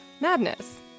Madness